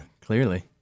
clearly